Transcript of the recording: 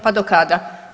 Pa do kada?